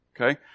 Okay